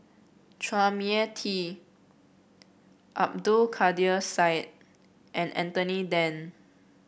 Chua Mia Tee Abdul Kadir Syed and Anthony Then